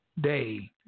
day